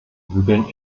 bügeln